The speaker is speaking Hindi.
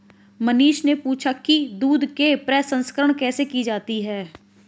मनीष ने पूछा कि दूध के प्रसंस्करण कैसे की जाती है?